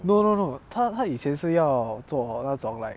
no no no 他他以前是要做那种 like